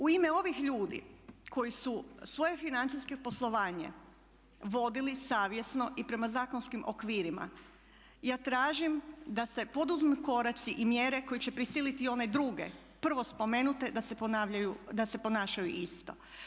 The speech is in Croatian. U ime ovih ljudi koji su svoje financijsko poslovanje vodili savjesno i prema zakonskim okvirima ja tražim da se poduzmu koraci i mjere koje će prisiliti one druge prvo spomenute da se ponašaju isto.